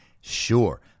Sure